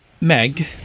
Meg